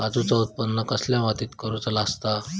काजूचा उत्त्पन कसल्या मातीत करुचा असता?